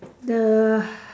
the